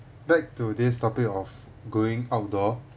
back to this topic of going outdoor